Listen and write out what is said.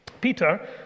Peter